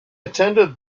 attended